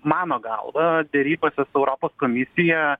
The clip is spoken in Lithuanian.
mano galva derybose su europos komisija